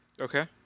okay